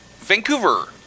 Vancouver